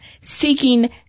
seeking